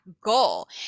goal